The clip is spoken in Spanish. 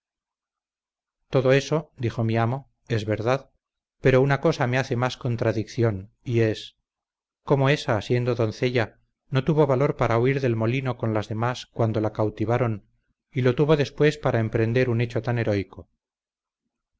todo eso dijo mi amo es verdad pero una cosa me hace más contradicción y es cómo esa siendo doncella no tuvo valor para huir del molino con las demás cuando la cautivaron y lo tuvo después para emprender un hecho tan heroico